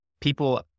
people